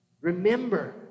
Remember